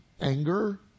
anger